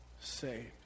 saved